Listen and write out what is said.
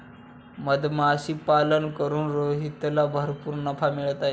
मधमाशीपालन करून रोहितला भरपूर नफा मिळत आहे